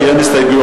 כי אין הסתייגויות.